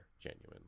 genuinely